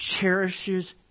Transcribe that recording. cherishes